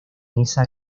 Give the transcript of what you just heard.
esa